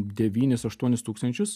devynis aštuonis tūkstančius